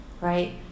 right